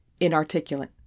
inarticulate